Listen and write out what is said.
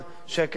הכול יקרוס,